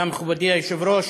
תודה, מכובדי היושב-ראש,